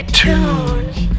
tunes